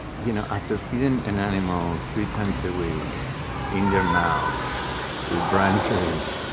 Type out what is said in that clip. you know, after feeding an animal three times a week in their mouths with brine shrimp,